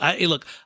Look